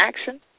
Action